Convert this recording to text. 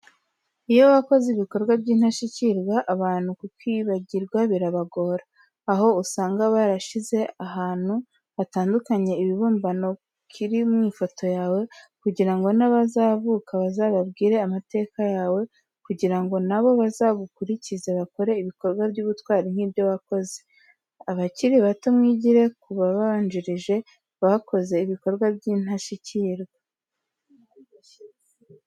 Iyo wakoze ibikorwa by'intashyikirwa abantu kukwibagirwa birabagora, aho usanga barashyize ahantu hatandukanye ikibumbano kiri mu ifoto yawe, kugira ngo n'abazavuka bazababwire amateka yawe kugira ngo na bo bazagukurikize bakora ibikorwa by'ubutwari nk'ibyo wakoze. Abakiri bato mwigire ku babanjirije bakoze ibikorwa by'intashyikirwa.